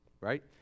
right